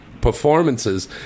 performances